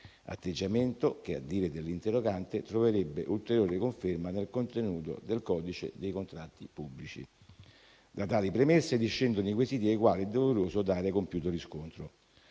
Atteggiamento che, a dire dell'interrogante, troverebbe ulteriore conferma nel contenuto del codice dei contratti pubblici. Da tali premesse discendono i quesiti ai quali è doveroso dare compiuto riscontro.